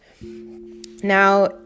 now